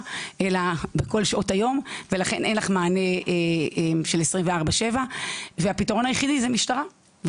אלא בכל שעות היום ולכן אין מענה של 24/7 והפתרון היחידי זה משטרה.